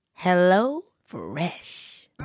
HelloFresh